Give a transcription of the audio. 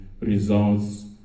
results